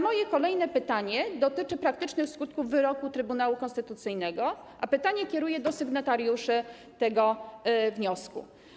Moje kolejne pytanie dotyczy praktycznych skutków wyroku Trybunału Konstytucyjnego, a pytanie kieruję do sygnatariuszy tego wniosku.